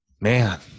Man